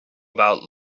about